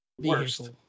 Worst